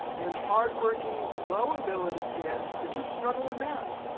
and hard-working, low-ability kids that just struggle with math.